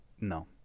No